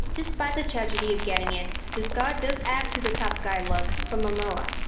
despite the tragedy of getting it, the scar does add to the tough-guy look for momoa.